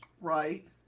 Right